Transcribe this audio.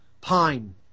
Pine